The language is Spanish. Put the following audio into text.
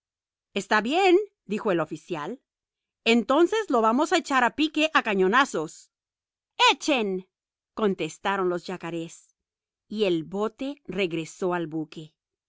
está bien dijo el oficial entonces lo vamos a echar a pique a cañonazos echen contestaron los yacarés y el bote regresó al buque